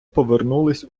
повернулись